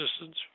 assistance